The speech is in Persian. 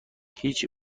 هیچ